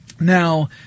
Now